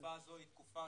התקופה הזו היא תקופה